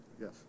Yes